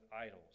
idols